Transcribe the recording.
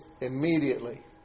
immediately